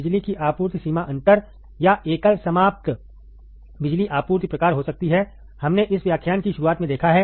बिजली की आपूर्ति सीमा अंतर या एकल समाप्त बिजली आपूर्ति प्रकार हो सकती है हमने इस व्याख्यान की शुरुआत में देखा है